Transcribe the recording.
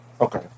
okay